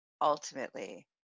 ultimately